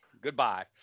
Goodbye